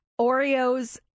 Oreos